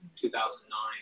2009